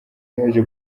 yaje